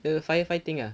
the firefighting ah